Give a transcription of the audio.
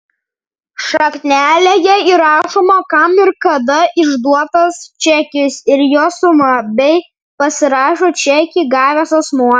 šaknelėje įrašoma kam ir kada išduotas čekis ir jo suma bei pasirašo čekį gavęs asmuo